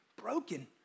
broken